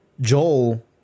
Joel